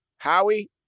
Howie